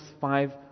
five